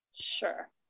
Sure